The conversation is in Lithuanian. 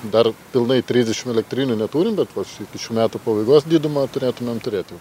dar pilnai trisdešim elektrinių neturim bet va š iki šių metų pabaigos didumą turėtumėm turėt jau